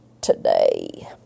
today